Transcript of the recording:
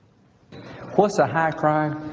what's a high crime?